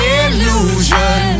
illusion